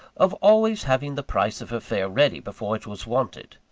of always having the price of her fare ready before it was wanted,